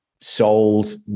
sold